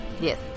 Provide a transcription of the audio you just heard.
Yes